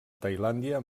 tailàndia